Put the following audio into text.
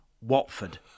Watford